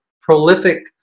prolific